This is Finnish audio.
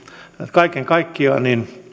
kaiken kaikkiaan